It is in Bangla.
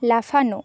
লাফানো